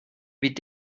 wie